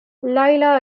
lila